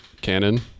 canon